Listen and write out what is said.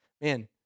man